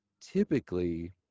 typically